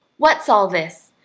what's all this?